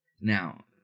now